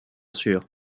sûr